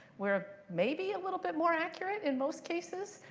we're maybe a little bit more accurate in most cases.